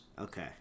Okay